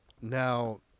Now